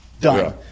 Done